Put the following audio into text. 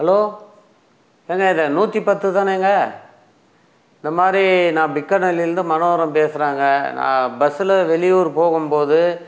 hello ஏங்க இது நூற்றி பத்து தானேங்க இந்த மாதிரி நான் பிக்கனல்லிலேர்ந்து மனோகரன் பேசுகிறேங்க நான் பஸ்ஸில் வெளியூர் போகும் போது